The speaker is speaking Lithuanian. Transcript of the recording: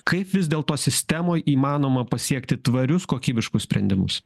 kaip vis dėlto sistemoj įmanoma pasiekti tvarius kokybiškus sprendimus